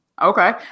Okay